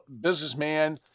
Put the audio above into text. businessman